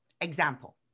Example